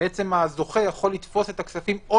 הזוכה יכול לתפוס את הכספים.